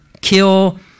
kill